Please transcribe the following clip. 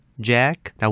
Jack